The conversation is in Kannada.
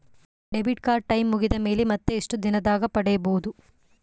ಡೆಬಿಟ್ ಕಾರ್ಡ್ ಟೈಂ ಮುಗಿದ ಮೇಲೆ ಮತ್ತೆ ಎಷ್ಟು ದಿನದಾಗ ಪಡೇಬೋದು?